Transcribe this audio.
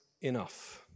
enough